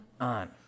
on